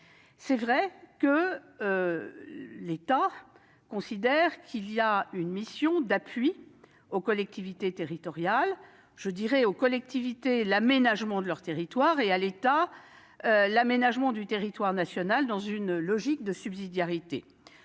est vrai que l'État considère qu'il a une mission d'appui aux collectivités territoriales : à elles l'aménagement de leur territoire, à lui l'aménagement du territoire national, dans une logique de subsidiarité.